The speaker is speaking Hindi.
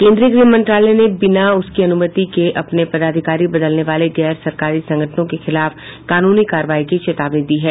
केंद्रीय गृह मंत्रालय ने बिना उसकी अनुमति के अपने पदाधिकारी बदलने वाले गैर सरकारी संगठनों के खिलाफ कानूनी कार्रवाई की चेतावनी दी है